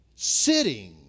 sitting